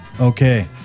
okay